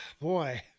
boy